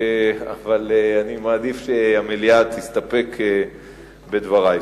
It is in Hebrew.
אבל אני מעדיף שהמליאה תסתפק בדברי.